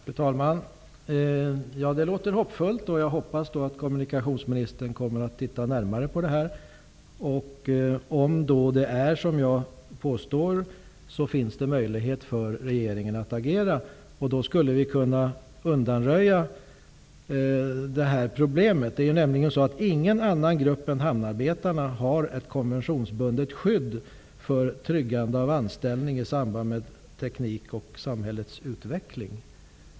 Fru talman! Det låter hoppfullt. Jag hoppas att kommunikationsministern kommer att titta närmare på frågan. När det gäller de förhållanden som jag har påpekat finns det möjligheter för regeringen att agera. Problemet skulle då kunna undanröjas. Ingen annan grupp än hamnarbetarna har ett konventionsbundet skydd för tryggande av anställning i samband med teknik och samhällsutveckling.